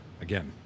again